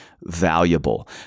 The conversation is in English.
valuable